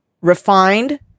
refined